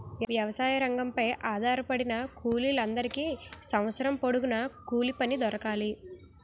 వ్యవసాయ రంగంపై ఆధారపడిన కూలీల అందరికీ సంవత్సరం పొడుగున కూలిపని దొరకాలి